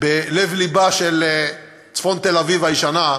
בלב-לבה של צפון תל-אביב הישנה,